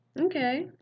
Okay